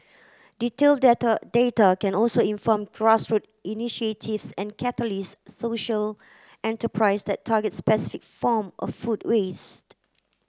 detailed data can also inform initiatives and catalyse social enterprise that target specific form of food waste